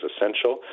essential